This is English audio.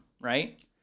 right